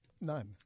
None